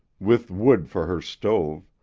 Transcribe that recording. with wood for her stove,